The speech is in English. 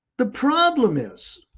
the problem is,